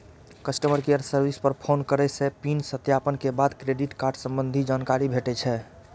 customer care service पर phone करै सं पिन सत्यापन के बाद क्रेडिट कार्ड संबंधी जानकारी भेटै छै